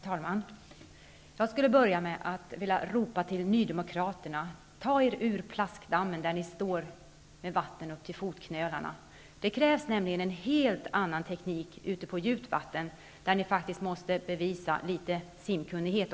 Herr talman! Jag skulle vilja börja med att ropa till Nydemokraterna: Ta er upp ur den plaskdamm som ni står i med vatten upp till fotknölarna! Det krävs nämligen en helt annan teknik ute på djupt vatten, där ni ju också faktiskt måste bevisa att ni har litet simkunnighet.